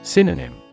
Synonym